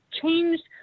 changed